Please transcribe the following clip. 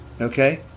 Okay